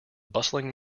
bustling